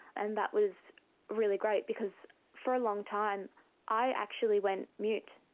and that was really great because for a long time i actually went mute.